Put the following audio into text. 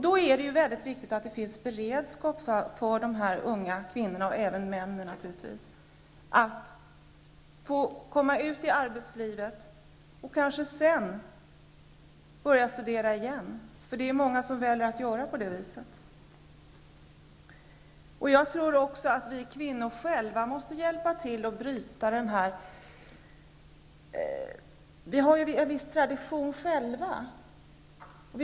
Då är det mycket viktigt att det finns en beredskap att ta emot dessa unga kvinnor -- och även männen, naturligtvis -- ute i arbetslivet. Kanske kan de sedan börja studera på nytt. Många väljer ju att göra på det viset. Jag tror också att vi kvinnor själva måste hjälpa till att bryta den tradition vi har.